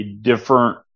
different